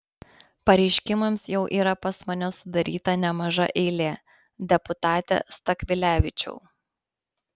pareiškimams jau yra pas mane sudaryta nemaža eilė deputate stakvilevičiau